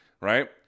right